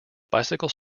bicycle